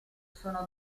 sono